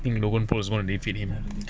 think logan paul will defeat him